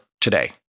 today